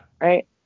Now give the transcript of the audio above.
Right